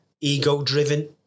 ego-driven